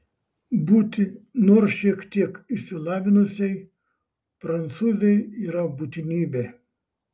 būti nors šiek tiek išsilavinusiai prancūzei yra būtinybė